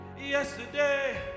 yesterday